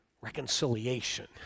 reconciliation